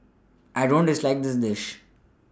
I don't dislike this dish